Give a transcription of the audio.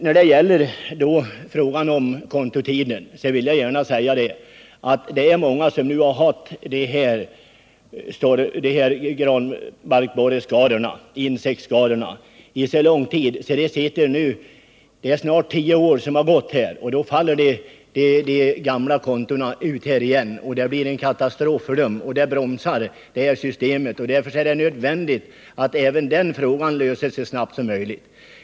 När det gäller frågan om kontotiden vill jag gärna säga att det är många som har haft skogskontoinsättningar i anledning av granbarkborreskador under så lång tid att snart tio år har gått. Då faller de gamla kontona ut, vilket bromsar nya avverkningar och innebär katastrof för skogsägarna. Därför är det nödvändigt att även det problemet löses så snart som möjligt.